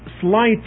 slight